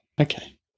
Okay